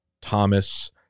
thomas